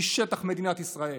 משטח מדינת ישראל.